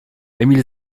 emil